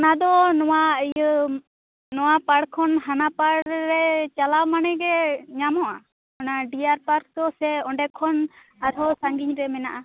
ᱚᱱᱟᱫᱚ ᱱᱚᱣᱟ ᱤᱭᱟ ᱱᱚᱣᱟ ᱯᱟᱲ ᱠᱷᱚᱱ ᱦᱟᱱᱟ ᱯᱟᱲᱨᱮ ᱪᱟᱞᱟᱣ ᱢᱟᱱᱮᱜᱮ ᱧᱟᱢᱚᱜ ᱟ ᱚᱱᱟ ᱰᱤᱭᱟᱨ ᱯᱟᱨᱠ ᱫᱚ ᱥᱮ ᱚᱸᱰᱮ ᱠᱷᱚᱱ ᱟᱨᱦᱚᱸ ᱥᱟᱝᱜᱤᱧ ᱨᱮ ᱢᱮᱱᱟᱜ ᱟ